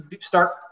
start